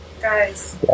Guys